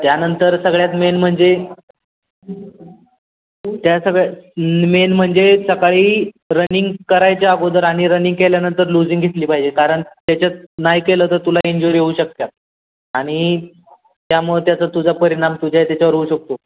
त्यानंतर सगळ्यात मेन म्हणजे त्या सगळ्या मेन म्हणजे सकाळी रनिंग करायच्या अगोदर आणि रनिंग केल्यानंतर लुझिंग घेतली पाहिजे कारण त्याच्यात नाही केलं तर तुला इंजुरी होऊ शकतात आणि त्यामुळे त्याचं तुझा परिणाम तुझ्या त्याच्यावर होऊ शकतो